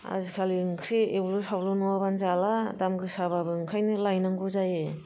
आजिखालि ओंख्रि एवलु सावलु नङाबानो जाला दाम गोसाबाबो ओंखायनो लायनांगौ जायो